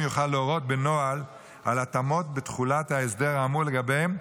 יוכל להורות בנוהל על התאמות בתחולת ההסדר האמור לגביהם,